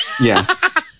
Yes